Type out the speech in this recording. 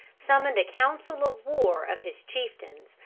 summoned a council of war of his chieftains,